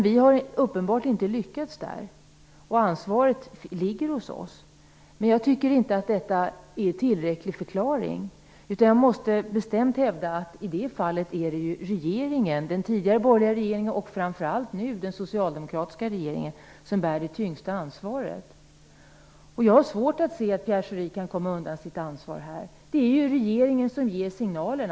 Vi har uppenbarligen inte lyckats med det, och ansvaret ligger hos oss. Jag tycker dock inte att detta är en tillräcklig förklaring. Jag måste bestämt hävda att det är regeringen - den tidigare borgerliga och framför allt den nuvarande socialdemokratiska regeringen - som bär det tyngsta ansvaret. Jag har svårt att se att Pierre Schori kan komma undan sitt ansvar här. Det är ju regeringen som ger signalerna.